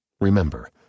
Remember